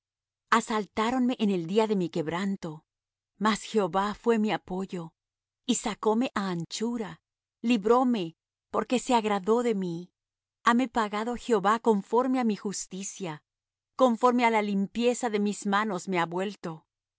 asaltáronme en el día de mi quebranto mas jehová fué mi apoyo y sacóme á anchura libróme porque se agradó de mí hame pagado jehová conforme á mi justicia conforme á la limpieza de mis manos me ha vuelto